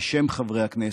בשם חברי הכנסת,